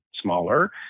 smaller